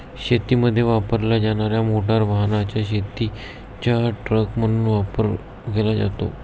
शेतीमध्ये वापरल्या जाणार्या मोटार वाहनाचा शेतीचा ट्रक म्हणून वापर केला जातो